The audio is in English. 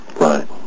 right